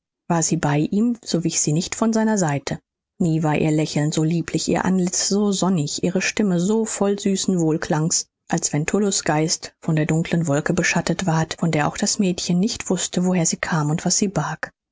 war sie bei ihm so wich sie nicht von seiner seite nie war ihr lächeln so lieblich ihr antlitz so sonnig ihre stimme so voll süßen wohlklangs als wenn tullus geist von der dunkeln wolke beschattet ward von der auch das mädchen nicht wußte woher sie kam und was sie barg